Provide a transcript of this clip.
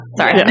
Sorry